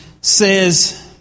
says